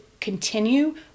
continue